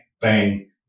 bang